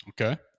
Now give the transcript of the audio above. Okay